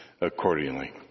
accordingly